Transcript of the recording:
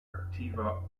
aktiver